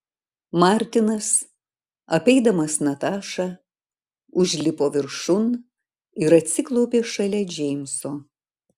martinas apeidamas natašą užlipo viršun ir atsiklaupė šalia džeimso